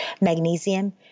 magnesium